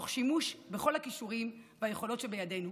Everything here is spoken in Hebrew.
תוך שימוש בכל הכישורים והיכולות שבידינו,